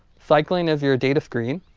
cycling is your data screen,